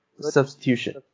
substitution